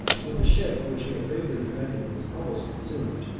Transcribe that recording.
when the ship, which he had bravely defended, was almost consumed,